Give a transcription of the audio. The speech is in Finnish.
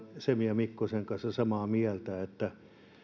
semi ja mikkonen kanssa samaa mieltä että